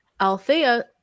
Althea